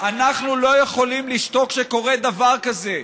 אנחנו לא יכולים לשתוק כשקורה דבר כזה.